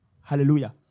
Hallelujah